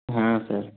हाँ सर